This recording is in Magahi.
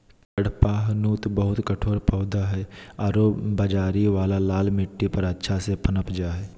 कडपहनुत बहुत कठोर पौधा हइ आरो बजरी वाला लाल मिट्टी पर अच्छा से पनप जा हइ